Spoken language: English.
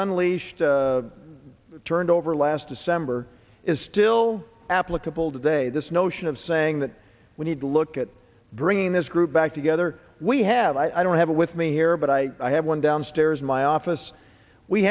unleashed turned over last december is still applicable today this notion of saying that we need to look at bringing this group back together we have i don't have a with me here but i i have one downstairs in my office we